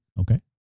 okay